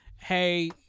hey